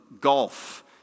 golf